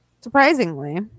Surprisingly